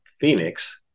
Phoenix